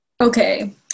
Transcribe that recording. Okay